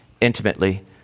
intimately